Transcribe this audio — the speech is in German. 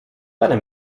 einem